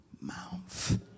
mouth